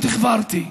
החוורתי: